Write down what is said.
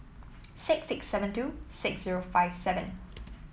six six seven two six zero five seven